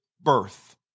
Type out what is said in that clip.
birth